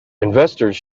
investors